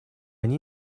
они